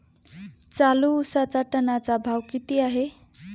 चालू उसाचा टनाचा भाव किती आहे?